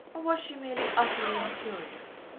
or was she merely utterly incurious?